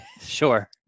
Sure